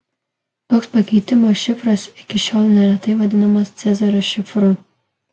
toks pakeitimo šifras iki šiol neretai vadinamas cezario šifru